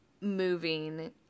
moving